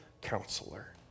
Counselor